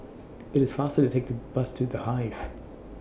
IT IS faster to Take The Bus to The Hive